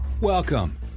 Welcome